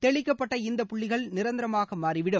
தெளிக்கப்பட்ட இந்த புள்ளிகள் நிரந்தரமாக மாறிவிடும்